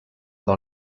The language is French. dans